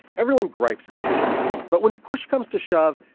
everyone gripes about taxes, but when push comes to shove,